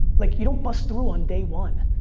like, you don't bust through on day one.